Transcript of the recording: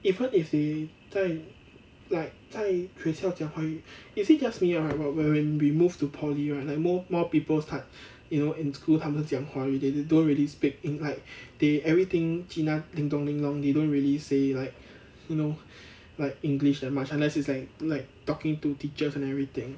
even if they 在 like 在学校讲华语 is it just me ah but when when we moved to poly right like more more people start you know in school 他们讲华语 they don't really speak in like they everything cheena ding dong ling long they don't really say like you know like english very much unless is like like talking to teachers and everything